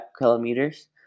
kilometers